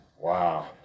Wow